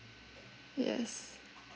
yes